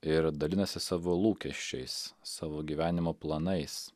ir dalinasi savo lūkesčiais savo gyvenimo planais